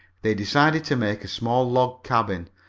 they decided to make a small log cabin,